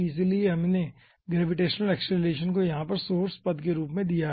इसलिए हमें gravitational acceleration को यहाँ पर सोर्स पद के रूप में दिया गया है